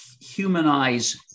humanize